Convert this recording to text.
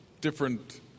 different